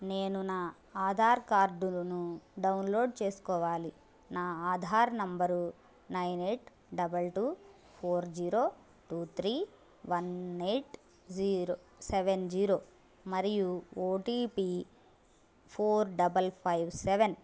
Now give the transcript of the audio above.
నేను నా ఆధార్ కార్డును డౌన్లోడ్ చేసుకోవాలి నా Aadhaar number nine eight double two four zero two three one eight zero seven zero మరియు OTP four double five seven